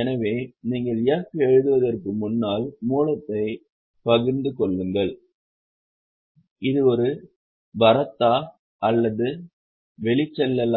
எனவே நீங்கள் f எழுதுவதற்கு முன்னால் மூலதனத்தைப் பகிர்ந்து கொள்ளுங்கள் இது ஒரு வரத்தா அல்லது வெளிச்செல்லலா